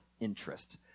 interest